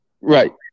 Right